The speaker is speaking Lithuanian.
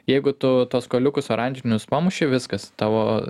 jeigu tu tuos kuoliukus oranžinius pamuši viskas tavo